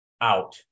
out